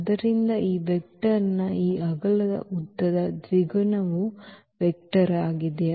ಆದ್ದರಿಂದ ಈ ವೆಕ್ಟರ್ನ ಈ ಅಗಲದ ಉದ್ದದ ದ್ವಿಗುಣವು ವೆಕ್ಟರ್ ಆಗಿದೆ